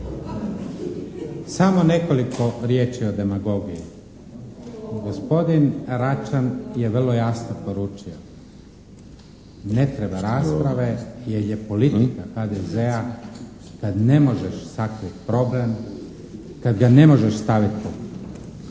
Samo nekoliko riječi o demagogiji. Gospodin Račan je vrlo jasno poručio. Ne treba rasprave jer je politika HDZ-a kad ne možeš sakrit problem, kad ga ne možeš stavit pod